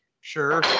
Sure